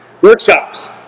Workshops